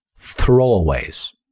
throwaways